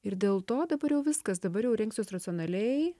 ir dėl to dabar jau viskas dabar jau rinksiuos racionaliai